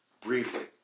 briefly